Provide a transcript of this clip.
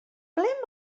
ble